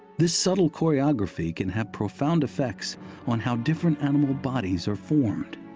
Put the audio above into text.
this subtle choreography can have profound effects on how different animal bodies are formed.